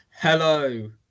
Hello